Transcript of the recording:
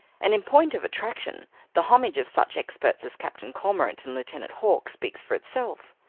and in point of attraction the homage of such experts as captain cormorant and lieutenant hawk speaks for itself.